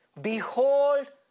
Behold